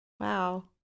Wow